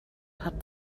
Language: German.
hat